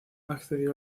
accedió